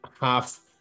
half